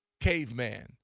Caveman